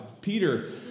Peter